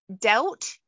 doubt